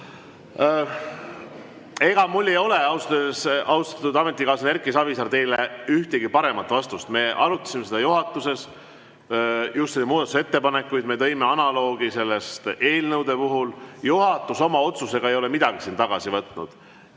ausalt öeldes, austatud ametikaaslane Erki Savisaar, teile ühtegi paremat vastust. Me arutasime seda juhatuses. Just neid muudatusettepanekuid, me tõime analoogi selle kohta eelnõude puhul. Juhatus oma otsusega ei ole midagi tagasi võtnud.